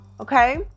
okay